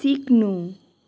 सिक्नु